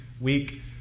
week